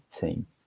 team